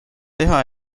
teha